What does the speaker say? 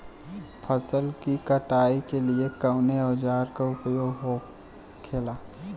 फसल की कटाई के लिए कवने औजार को उपयोग हो खेला?